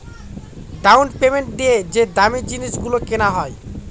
down payment দিয়ে যে দামী জিনিস গুলো কেনা হয়